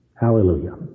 Hallelujah